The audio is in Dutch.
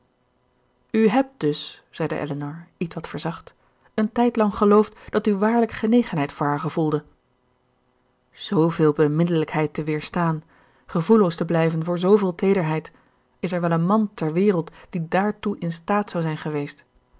u hebt dus zeide elinor ietwat verzacht een tijdlang geloofd dat u waarlijk genegenheid voor haar gevoelde zooveel beminnelijkheid te weerstaan gevoelloos te blijven voor zooveel teederheid is er wel een man ter wereld die daartoe in staat zou zijn geweest